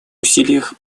усилиях